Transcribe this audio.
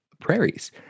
prairies